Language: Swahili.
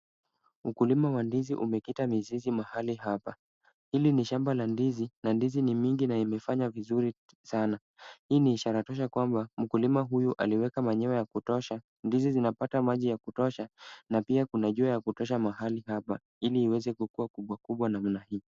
Ukulima wa ndizi umekita mizizi mahali hapa. Hili ni shamba la ndizi na ndizi ni mingi na imefanya vizuri sana. Hii ni ishara tosha kwamba mkulima huyu aliweka manyua ya kutosha. Ndizi zinapata maji ya kutosha na pia jua ya kutosha mahali hapa ili iweze kukua kubwa kubwa namna hii.